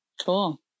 Cool